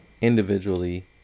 individually